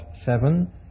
seven